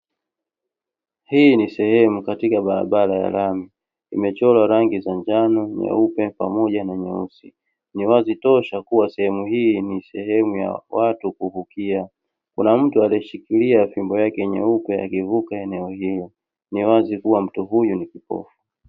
Hii ni sehemu katika barabara ya lami, imechorwa rangi za: njano, nyeupe pamoja na nyeusi; ni wazi tosha kuwa sehemu hii ni sehemu ya watu kuvukia. Kuna mtu ameshikilia fimbo yake nyeupe akivuka eneo hilo, ni wazi kuwa mtu huyu ni kipofu.